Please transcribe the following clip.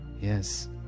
Yes